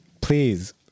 Please